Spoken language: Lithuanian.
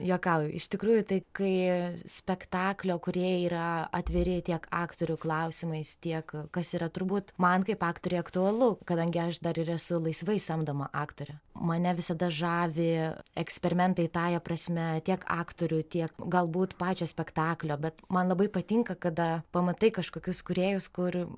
juokauju iš tikrųjų tai kai spektaklio kūrėjai yra atviri tiek aktorių klausimais tiek kas yra turbūt man kaip aktoriui aktualu kadangi aš dar ir esu laisvai samdoma aktorė mane visada žavi eksperimentai tąja prasme tiek aktorių tiek galbūt pačio spektaklio bet man labai patinka kada pamatai kažkokius kūrėjus kur